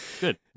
Good